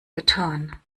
getan